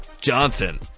Johnson